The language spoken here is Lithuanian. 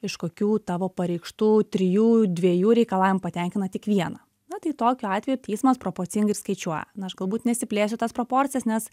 iš kokių tavo pareikštų trijų dviejų reikalavimų patenkina tik vieną na tai tokiu atveju teismas proporcingai ir skaičiuoja na aš galbūt nesiplėsiu į tas proporcijas nes